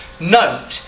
Note